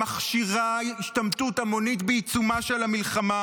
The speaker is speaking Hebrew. שמכשירה השתמטות המונית בעיצומה של המלחמה,